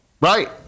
Right